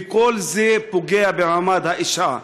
כל זה פוגע במעמד האישה.